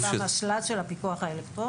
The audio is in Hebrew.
במשלט של הפיקוח האלקטרוני?